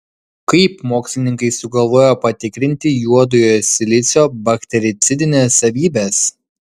kaip mokslininkai sugalvojo patikrinti juodojo silicio baktericidines savybes